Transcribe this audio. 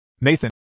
Nathan